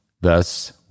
Thus